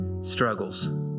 struggles